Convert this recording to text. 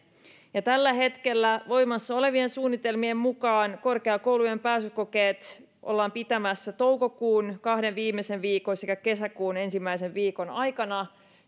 tällä hetkellä voimassa olevien suunnitelmien mukaan korkeakoulujen pääsykokeet ollaan pitämässä toukokuun kahden viimeisen viikon sekä kesäkuun ensimmäisen viikon aikana